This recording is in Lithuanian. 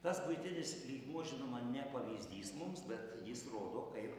tas buitinis lygmuo žinoma ne pavyzdys mums bet jis rodo kaip